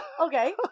Okay